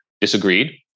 disagreed